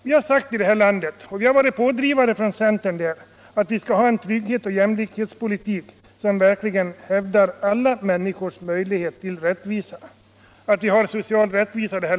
Vi vill i detta land — och här har centern varit pådrivare — ha en trygghetsoch jämlikhetspolitik som verkligen tillgodoser alla människors krav på social rättvisa.